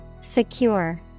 Secure